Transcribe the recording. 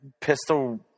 pistol